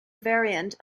variant